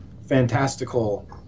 fantastical